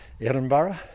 Edinburgh